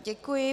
Děkuji.